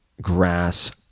grass